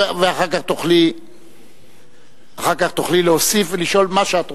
אחר כך תוכלי להוסיף ולשאול מה שאת רוצה.